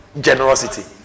generosity